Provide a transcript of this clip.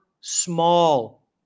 small